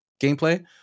gameplay